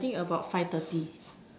I think about five thirty